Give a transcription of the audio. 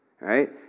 right